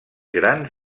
grans